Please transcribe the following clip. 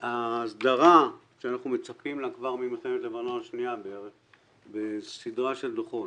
ההסדרה שאנחנו מצפים לה כבר ממלחמת לבנון השנייה בסדרה של דוחות